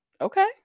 okay